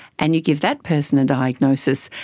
and you give that person a diagnosis,